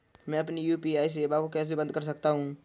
मैं अपनी यू.पी.आई सेवा को कैसे बंद कर सकता हूँ?